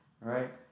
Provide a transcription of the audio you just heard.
Right